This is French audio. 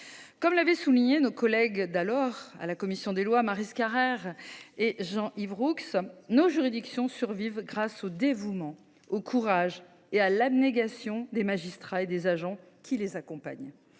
Comme l’avaient souligné nos collègues d’alors à la commission des lois, Maryse Carrère et Jean-Yves Roux, nos juridictions survivent grâce au dévouement, au courage et à l’abnégation des magistrats et des agents qui les accompagnent.